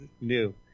new